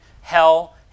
hell